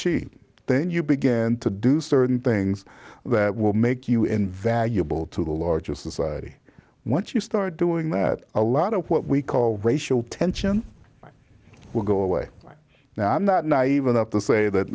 then you begin to do certain things that will make you invaluable to the larger society once you start doing that a lot of what we call racial tension will go away now i'm not naive enough to say that